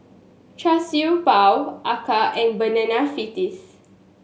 Char Siew Bao acar and Banana Fritters